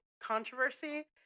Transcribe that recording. controversy